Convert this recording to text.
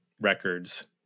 Records